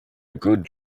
good